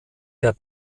der